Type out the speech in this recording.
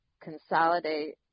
consolidate